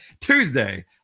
Tuesday